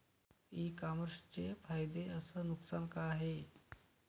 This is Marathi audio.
इ कामर्सचे फायदे अस नुकसान का हाये